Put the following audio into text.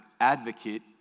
advocate